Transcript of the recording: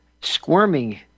squirming